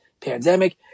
pandemic